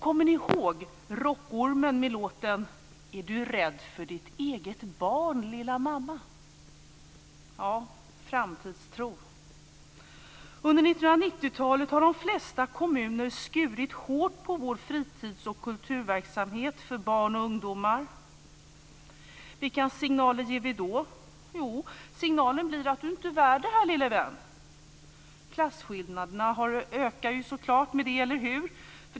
Kommer ni ihåg Rockormen med texten: Är du rädd för ditt eget barn lilla mamma? Det handlar om framtidstro. Under 1990-talet har de flesta kommuner skurit hårt på fritids och kulturverksamheten för barn och ungdomar. Vilken signal ger vi då? Jo, signalen blir: Du är inte värd det här, lille vän! Klasskillnaderna ökar i och med detta, eller hur?